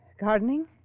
Gardening